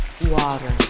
water